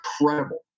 incredible